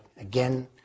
again